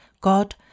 God